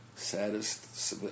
Saddest